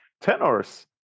tenors